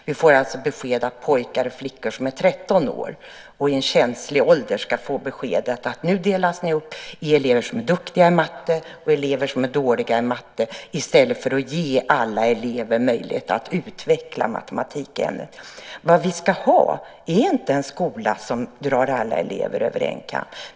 Vi får alltså besked om att pojkar och flickor som är 13 år och i en känslig ålder ska få beskedet att de ska delas upp i elever som är duktiga i matte och i elever som är dåliga i matte i stället för att alla elever ges möjlighet att utvecklas i matematikämnet. Vad vi ska ha är inte en skola som drar alla elever över en kam.